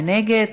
מי נגד?